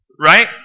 right